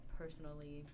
personally